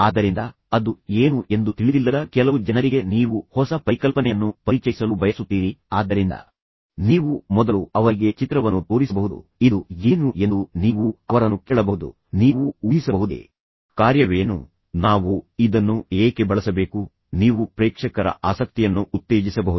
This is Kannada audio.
ಆದ್ದರಿಂದ ಅದು ಏನು ಎಂದು ತಿಳಿದಿಲ್ಲದ ಕೆಲವು ಜನರಿಗೆ ನೀವು ಹೊಸ ಪರಿಕಲ್ಪನೆಯನ್ನು ಪರಿಚಯಿಸಲು ಬಯಸುತ್ತೀರಿ ಆದ್ದರಿಂದ ನೀವು ಮೊದಲು ಅವರಿಗೆ ಚಿತ್ರವನ್ನು ತೋರಿಸಬಹುದು ಇದು ಏನು ಎಂದು ನೀವು ಅವರನ್ನು ಕೇಳಬಹುದು ನೀವು ಊಹಿಸಬಹುದೇ ಕಾರ್ಯವೇನು ನಾವು ಇದನ್ನು ಏಕೆ ಬಳಸಬೇಕು ನೀವು ಪ್ರೇಕ್ಷಕರ ಆಸಕ್ತಿಯನ್ನು ಉತ್ತೇಜಿಸಬಹುದು